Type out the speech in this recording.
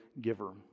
giver